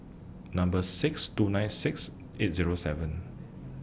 Number six two nine six eight Zero seven